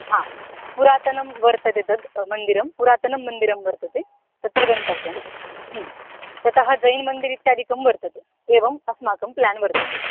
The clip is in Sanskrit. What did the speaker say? हा पुरातनं वर्तते तद् मन्दिरं पुरतनं मन्दिरं वर्तते तत्र गन्तव्यं ततः जैन् मन्दिर् इत्यादिकं वर्तते एवम् अस्माकं प्लान् वर्तते